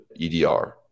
EDR